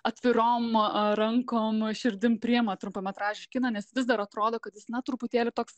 atvirom rankom širdim priima trumpametražį kiną nes vis dar atrodo kad jis na truputėlį toks